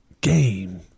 game